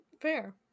Fair